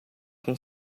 com